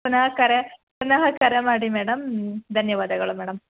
ಪುನಃ ಕರೆ ಪುನಃ ಕರೆ ಮಾಡಿ ಮೇಡಮ್ ಧನ್ಯವಾದಗಳು ಮ್ಯಾಡಮ್